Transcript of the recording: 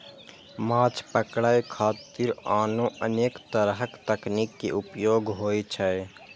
माछ पकड़े खातिर आनो अनेक तरक तकनीक के उपयोग होइ छै